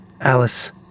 Alice